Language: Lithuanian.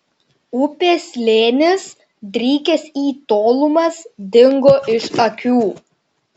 upės slėnis drykęs į tolumas dingo iš akių